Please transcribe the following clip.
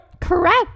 correct